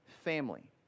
family